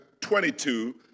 22